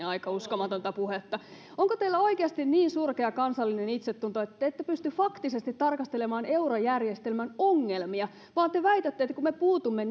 aika uskomatonta puhetta onko teillä oikeasti niin surkea kansallinen itsetunto että te ette pysty faktisesti tarkastelemaan eurojärjestelmän ongelmia vaan te väitätte että kun me puutumme